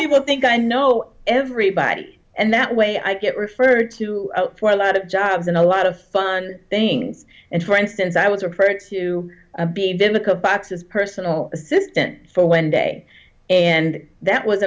people think i know everybody and that way i get referred to for a lot of jobs and a lot of fun things and for instance i was referred to a big difficult box as personal assistant for wednesday and that was